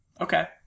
Okay